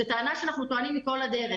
זאת טענה שאנחנו טוענים כל הדרך.